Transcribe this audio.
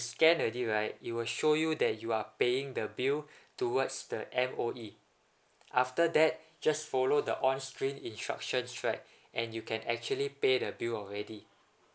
scan already right it will show you that you are paying the bill towards the M_O_E after that just follow the onscreen instructions right and you can actually pay the bill already